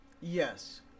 Yes